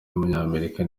w’umunyamerika